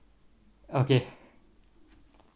okay